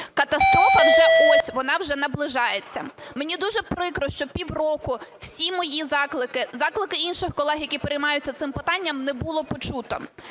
Катастрофа вже ось, вона вже наближається. Мені дуже прикро, що пів року всі мої заклики, заклики інших колег, які переймаються цим питанням, не було почуто.